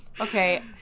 Okay